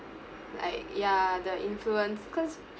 like ya the influence because